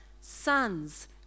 sons